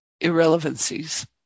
irrelevancies